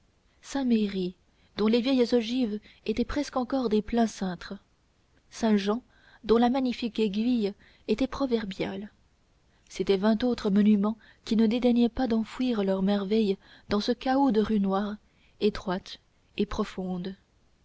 saint méry dont les vieilles ogives étaient presque encore des pleins cintres saint-jean dont la magnifique aiguille était proverbiale c'étaient vingt autres monuments qui ne dédaignaient pas d'enfouir leurs merveilles dans ce chaos de rues noires étroites et profondes